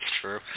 true